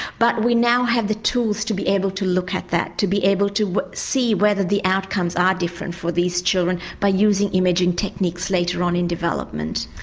but we now have the tools to be able to look at that. to be able to see whether the outcomes are different for these children by using imaging techniques later on in development.